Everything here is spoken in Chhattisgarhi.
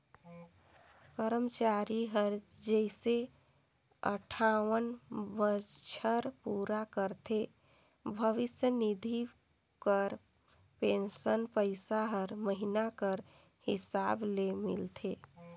करमचारी हर जइसे अंठावन बछर पूरा करथे भविस निधि कर पेंसन पइसा हर महिना कर हिसाब ले मिलथे